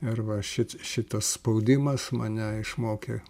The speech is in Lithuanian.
ir va šit šitas spaudimas mane išmokė